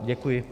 Děkuji.